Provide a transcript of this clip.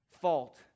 Fault